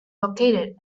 located